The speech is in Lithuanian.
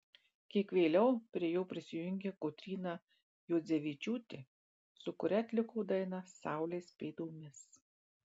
kiek vėliau prie jo prisijungė kotryna juodzevičiūtė su kuria atliko dainą saulės pėdomis